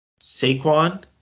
Saquon